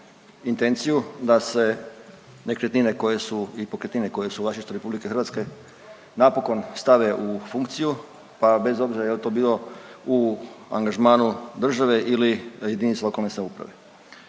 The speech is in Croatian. da se nekretnine koje su i pokretnine koje su u vlasništvu RH napokon stave u funkciju pa bez obzira jel to bilo u angažmanu države ili jedinice lokalne samouprave.